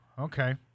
Okay